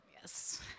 Yes